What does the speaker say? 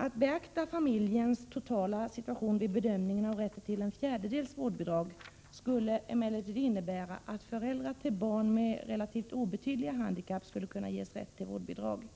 Att beakta familjens totala situation vid bedömningen av rätten till ett fjärdedels vårdbidrag skulle emellertid innebära att föräldrar till barn med relativt obetydliga handikapp kunde ges rätt till vårdbidrag.